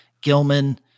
Gilman